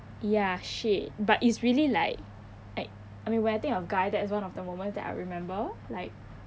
ya shit but it's really like like I mean when I think of guy that's one of the moments that I remember like